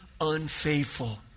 unfaithful